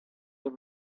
the